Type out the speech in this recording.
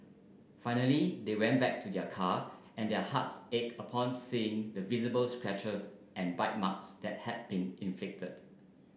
finally they went back to their car and their hearts ached upon seeing the visible scratches and bite marks that had been inflicted